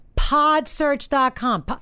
Podsearch.com